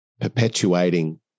perpetuating